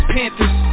Panthers